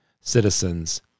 citizens